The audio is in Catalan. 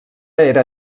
era